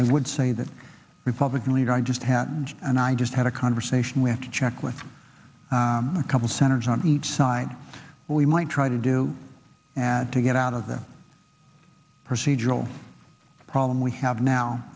i would say that republican leader i just happened and i just had a conversation we have to check with a couple centers on each side where we might try to do to get out of the procedural problem we have now